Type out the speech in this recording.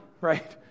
right